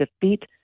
defeat